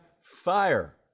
fire